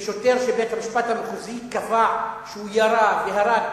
בשוטר שבית-המשפט המחוזי קבע שהוא ירה והרג,